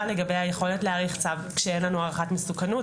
לגבי היכולת להאריך צו כשאין לנו הערכת מסוכנות.